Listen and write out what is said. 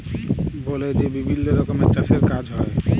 বলে যে বিভিল্ল্য রকমের চাষের কাজ হ্যয়